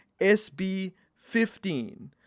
SB15